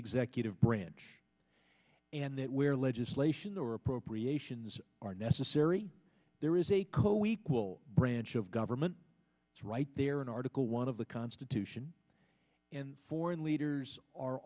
executive branch and that where legislation or appropriations are necessary there is a co equal branch of government is right there in article one of the constitution and foreign leaders are